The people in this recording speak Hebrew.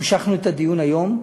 המשכנו את הדיון היום,